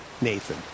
Nathan